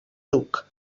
duc